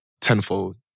tenfold